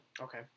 Okay